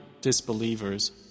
disbelievers